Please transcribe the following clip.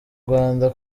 rwanda